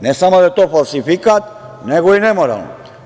Ne samo da je to falsifikat, nego i nemoralno.